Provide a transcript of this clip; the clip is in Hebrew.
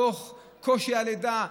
בתוך קושי הלידה,